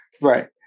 right